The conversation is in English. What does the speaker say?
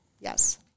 Yes